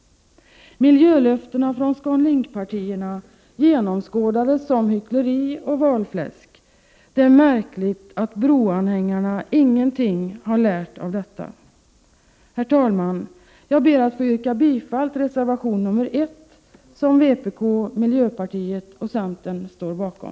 Miljölöftena från ScanLink-partierna genomskådades som hyckleri och valfläsk. Det är märkligt att broanhängarna inget lärt av detta. Herr talman! Jag ber att få yrka bifall till reservation nr 1 som vpk, miljöpartiet och centern står bakom.